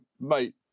mate